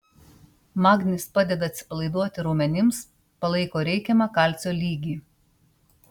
magnis padeda atsipalaiduoti raumenims palaiko reikiamą kalcio lygį